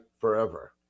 forever